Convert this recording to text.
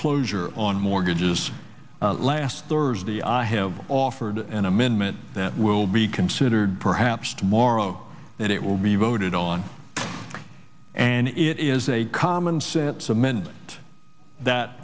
foreclosure on mortgages last thursday i him offered an amendment that will be considered perhaps tomorrow and it will be voted on and it is a commonsense amendment that